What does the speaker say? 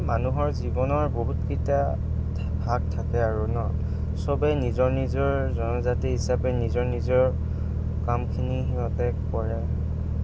মানুহৰ জীৱনৰ বহুতকেইটা ভাগ থাকে আৰু ন চবেই নিজৰ নিজৰ জনজাতি হিচাপে নিজৰ নিজৰ কামখিনি সিহঁতে কৰে